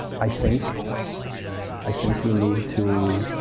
i think i think you need to